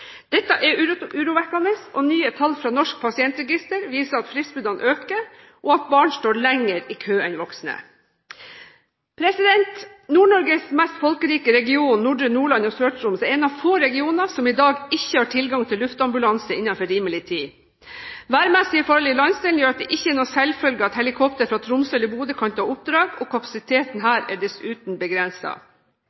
Dette er urovekkende, og nye tall fra Norsk pasientregister viser at fristbruddene øker, og at barn står lenger i kø enn voksne. Nord-Norges mest folkerike region, nordre Nordland og Sør-Troms, er en av få regioner som i dag ikke har tilgang til luftambulanse innenfor rimelig tid. Værmessige forhold i landsdelen gjør at det ikke er noen selvfølge at helikopter fra Tromsø eller Bodø kan ta oppdrag, og kapasiteten